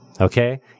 Okay